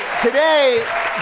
today